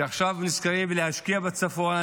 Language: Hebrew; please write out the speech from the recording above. עכשיו נזכרים להשקיע בצפון.